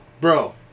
Bro